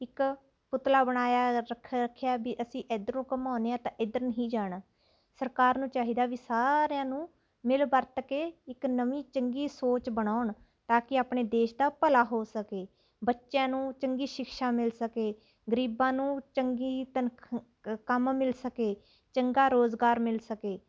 ਇੱਕ ਪੁਤਲਾ ਬਣਾਇਆ ਰੱਖ ਰੱਖਿਆ ਵੀ ਅਸੀਂ ਇੱਧਰੋਂ ਘੁੰਮਾਉਂਦੇ ਹਾਂ ਤਾਂ ਇੱਧਰ ਨਹੀਂ ਜਾਣਾ ਸਰਕਾਰ ਨੂੰ ਚਾਹੀਦਾ ਵੀ ਸਾਰਿਆਂ ਨੂੰ ਮਿਲ ਵਰਤ ਕੇ ਇੱਕ ਨਵੀਂ ਚੰਗੀ ਸੋਚ ਬਣਾਉਣ ਤਾਂ ਕਿ ਆਪਣੇ ਦੇਸ਼ ਦਾ ਭਲਾ ਹੋ ਸਕੇ ਬੱਚਿਆਂ ਨੂੰ ਚੰਗੀ ਸ਼ਿਕਸ਼ਾ ਮਿਲ ਸਕੇ ਗਰੀਬਾਂ ਨੂੰ ਚੰਗੀ ਤਨਖ ਕੰਮ ਮਿਲ ਸਕੇ ਚੰਗਾ ਰੁਜ਼ਗਾਰ ਮਿਲ ਸਕੇ